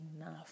enough